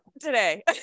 today